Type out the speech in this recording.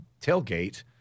tailgate